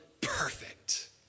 perfect